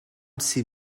سیب